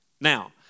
Now